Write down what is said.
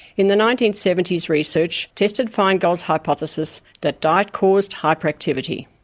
in the nineteen seventy s research tested feingold's hypothesis that diet caused hyperactivity.